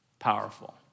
Powerful